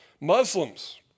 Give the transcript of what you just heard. Muslims